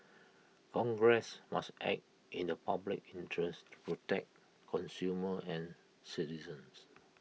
congress must act in the public interest to protect consumers and citizens